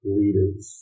leaders